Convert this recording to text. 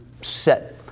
set